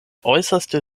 äußerste